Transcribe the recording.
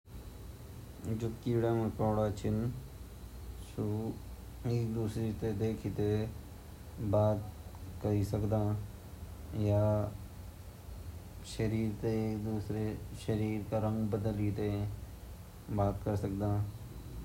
जु कीड मकोड़ा छिन ना कीड़ा मकड़ो भी बहोत तरीका से बात कन अर जन मेंढक छिन उ टर-टर कना अर जो झींगुर छिन च्यां च्यां कन साप जु ची साप श्या श्या कन ता इन्ही तरह से और भी कीड़ा मकोड़ा ई तरह से बात कन।